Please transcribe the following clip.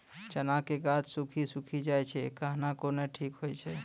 चना के गाछ सुखी सुखी जाए छै कहना को ना ठीक हो छै?